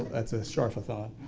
that's a scharf-a-thon.